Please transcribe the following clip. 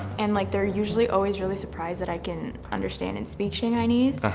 and like, they're usually always really surprised that i can understand and speak shanghainese.